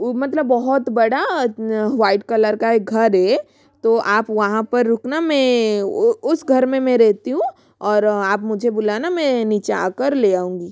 मतलब बहुत बड़ा व्हाईट कलर का एक घर है तो आप वहाँ पर रुकना मैं उस घर में मैं रहती हूँ और आप मुझे बुलाना मे नीचे आकर ले आऊँगी